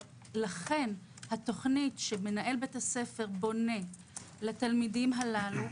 לכן התכנית שמנהל בית הספר בונה לתלמידים הללו,